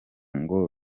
ngo